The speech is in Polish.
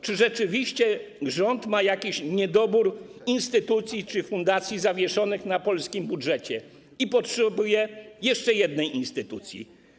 Czy rzeczywiście rząd ma jakiś niedobór instytucji czy fundacji zawieszonych na polskim budżecie i potrzebuje jeszcze jednej instytucji?